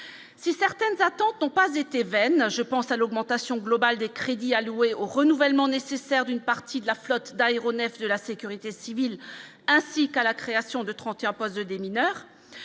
si certaines attentes ont pas été vaines, je pense à l'augmentation globale des crédits alloués au renouvellement nécessaire d'une partie de la flotte d'aéronefs de la sécurité civile, ainsi qu'à la création de 31 postes de démineurs